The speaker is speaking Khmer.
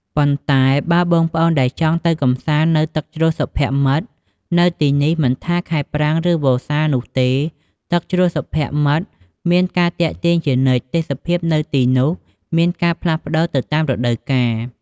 ប៉ុន្តែបើបងប្អូនដែលចង់ទៅកម្សាន្តនៅទឹកជ្រោះសុភមិត្តនៅទីនេះ មិនថាខែប្រាំង ឬវស្សានោះទេ ទឹកជ្រោះព្រះនិម្មិតមានការទាក់ទាញជានិច្ច ទេសភាពនៅទីនោះមានការផ្លាស់ប្តូរទៅតាមរដូវកាល ។